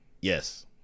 Yes